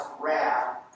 wrath